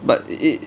but it